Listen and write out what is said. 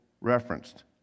referenced